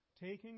taking